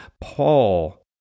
Paul